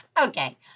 Okay